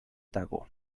tago